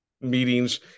meetings